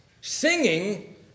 Singing